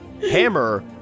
Hammer